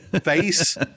face